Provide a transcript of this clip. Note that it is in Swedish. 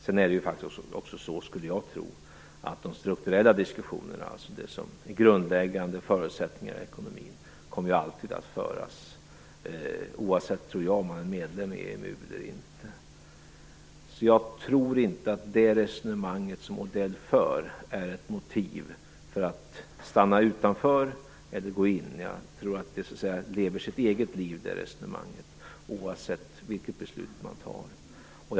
Det är faktiskt också så att de strukturella diskussionerna om det som är grundläggande förutsättningar i ekonomin alltid kommer att föras, oavsett om man är medlem i EMU eller inte. Jag tror inte att det resonemang som Odell för är ett motiv för att stanna utanför eller gå in. Jag tror att det resonemanget lever sitt eget liv, oavsett vilket beslut man fattar.